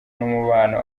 n’umubano